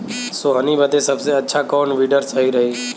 सोहनी बदे सबसे अच्छा कौन वीडर सही रही?